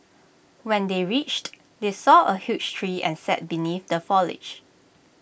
when they reached they saw A huge tree and sat beneath the foliage